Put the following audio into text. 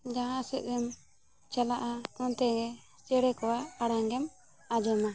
ᱡᱟᱦᱟᱸ ᱥᱮᱫ ᱮᱢ ᱪᱟᱞᱟᱜᱼᱟ ᱚᱱᱛᱮᱜᱮ ᱪᱮᱬᱮ ᱠᱚᱣᱟᱜ ᱟᱲᱟᱝ ᱜᱮᱢ ᱟᱸᱡᱚᱢᱟ